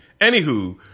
Anywho